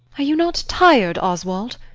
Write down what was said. are you not tired, oswald?